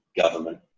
government